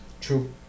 True